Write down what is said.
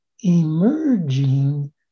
emerging